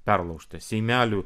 perlaužta seimelių